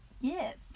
Yes